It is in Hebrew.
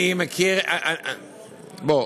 אני מכיר, אז אתה לא נותן תשובות, בוא,